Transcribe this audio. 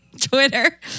Twitter